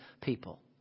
people